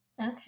okay